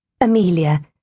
Amelia